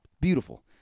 beautiful